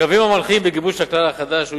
הקווים המנחים בגיבוש הכלל החדש היו